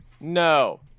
no